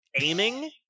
aiming